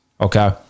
okay